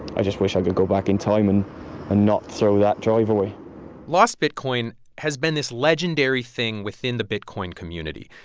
i just wish i could go back in time and not throw that drive away lost bitcoin has been this legendary thing within the bitcoin community.